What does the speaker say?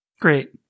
Great